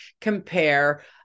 compare